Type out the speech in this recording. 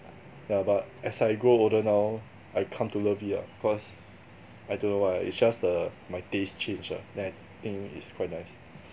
yeah but as I grow older now I come to love it lah cause I don't know why it's just the my taste change lah then I think is quite nice